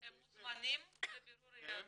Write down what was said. הם מוזמנים לבירור יהדות?